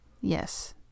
Yes